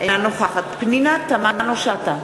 אינה נוכחת פנינה תמנו-שטה,